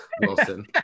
Wilson